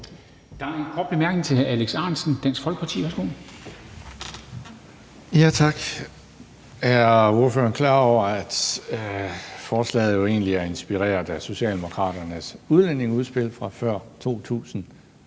Der er en kort bemærkning til hr. Alex Ahrendtsen, Dansk Folkeparti. Værsgo. Kl. 14:21 Alex Ahrendtsen (DF): Tak. Er ordføreren klar over, at forslaget jo egentlig er inspireret af Socialdemokraternes udlændingeudspil fra før 2019,